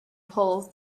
polls